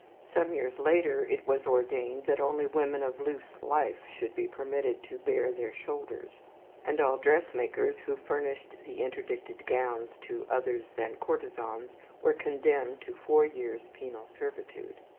some years later it was ordained that only women of loose life should be permitted to bare their shoulders and all dressmakers who furnished the interdicted gowns to others than courtesans were condemned to four years' penal servitude.